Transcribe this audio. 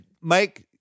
Mike